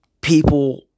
People